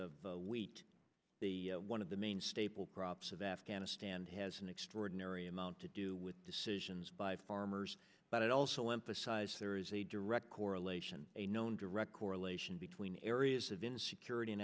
wheat the one of the main staple crops of afghanistan has an extraordinary amount to do with decisions by farmers but it also emphasizes there is a direct correlation a known direct correlation between areas of insecurity in